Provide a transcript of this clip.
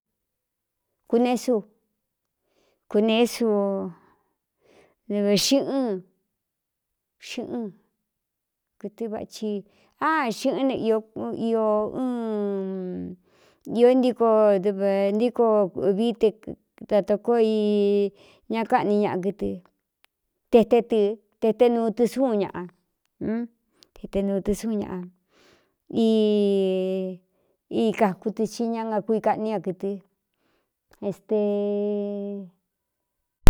Cunesu cuneésu nvxɨꞌɨn xɨꞌɨn kɨtɨvaci á xɨꞌɨn io ɨn iō ntíko dv ntíko vií edatā kóo i ña káꞌni ñaꞌa kɨtɨ te-te tɨ te te nuu tɨ súꞌun ñaꞌa tete nuu tɨ súun ñaꞌa i kakutɨ xi ña nakui kaꞌní ña kɨtɨ este.